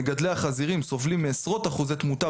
מגדלי החזירים סובלים מעשרות אחוזי תמותה